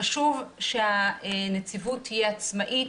חשוב שהנציבות תהיה עצמאית,